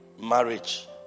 Marriage